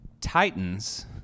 Titans